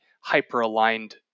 hyper-aligned